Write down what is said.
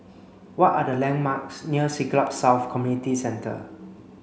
what are the landmarks near Siglap South Community Centre